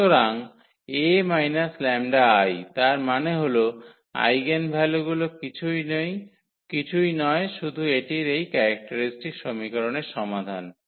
সুতরাং 𝐴 𝜆𝐼 তার মানে হল আইগেনভ্যালুগুলি কিছুই নয় শুধু এটির এই ক্যারেক্টারিস্টিক সমীকরনের সমাধান